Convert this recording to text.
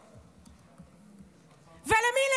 ולמי?